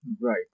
Right